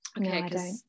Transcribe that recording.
Okay